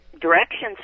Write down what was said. directions